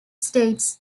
states